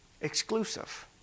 exclusive